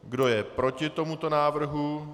Kdo je proti tomuto návrhu?